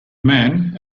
man